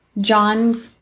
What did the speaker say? John